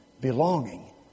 belonging